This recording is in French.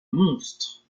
monstre